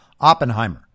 Oppenheimer